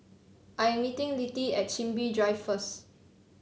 I am meeting Littie at Chin Bee Drive first